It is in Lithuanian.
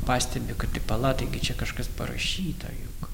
pastebi kad tik pala taigi čia kažkas parašyta juk